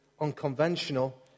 unconventional